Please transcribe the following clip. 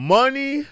money